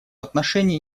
отношении